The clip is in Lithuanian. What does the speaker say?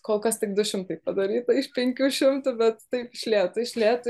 kol kas tik du šimtai padaryta iš penkių šimtų bet taip iš lėto iš lėto